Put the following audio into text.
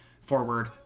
forward